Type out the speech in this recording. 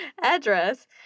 address